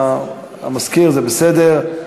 זה בסדר.